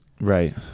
Right